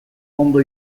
ondo